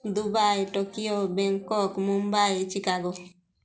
Dubai Tokyo Bangkok Mumbai Chicago